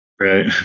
right